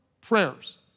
prayers